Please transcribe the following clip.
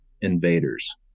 invaders